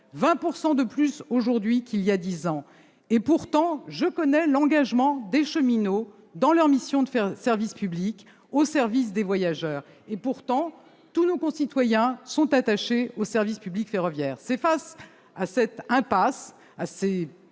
20 % de plus aujourd'hui qu'il y a dix ans. Pourtant, je connais l'engagement des cheminots, dans leur mission de service public, au service des voyageurs. Pourtant, tous nos concitoyens sont attachés au service public ferroviaire. C'est face à cette impasse, à ces